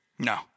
No